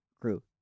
crew